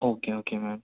okay okay ma'am